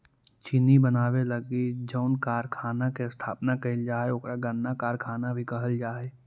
चीनी बनावे लगी जउन कारखाना के स्थापना कैल जा हइ ओकरा गन्ना कारखाना भी कहल जा हइ